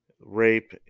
rape